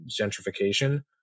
gentrification